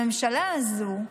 הממשלה הזאת,